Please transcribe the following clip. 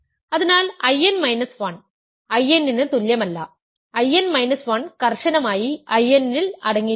അതിനാൽ I n minus 1 I n ന് തുല്യമല്ല I n മൈനസ് 1 കർശനമായി I n ൽ അടങ്ങിയിരിക്കുന്നു